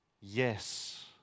yes